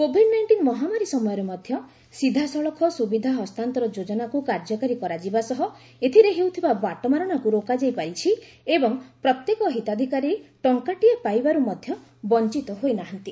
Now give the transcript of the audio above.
Covid nineteen ମହାମାରୀ ସମୟରେ ମଧ୍ୟ ସିଧାସଳଖ ସୁବିଧା ହସ୍ତାନ୍ତର ଯୋଜନାକୁ କାର୍ଯ୍ୟକାରୀ କରାଯିବା ସହ ଏଥିରେ ହେଉଥିବା ବାଟମାରଣାକୁ ରୋକାଯାଇ ପାରିଛି ଏବଂ ପ୍ୟେକ ହିତାଧିକାରୀ ଟଙ୍କାଟିଏ ପାଇବାରୁ ମଧ୍ୟ ବଞ୍ଚିତ ହୋଇନାହାନ୍ତି